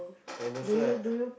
and also I I